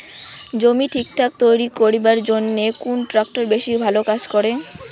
জমি ঠিকঠাক তৈরি করিবার জইন্যে কুন ট্রাক্টর বেশি ভালো কাজ করে?